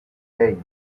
hey